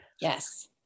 Yes